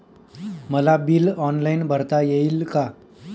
मला bill online भरता येईल का?